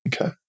Okay